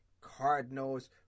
Cardinals